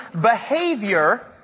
behavior